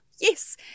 Yes